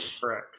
Correct